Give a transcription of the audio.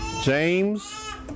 James